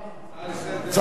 הצעה לסדר.